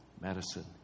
medicine